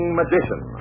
magician